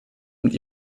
mit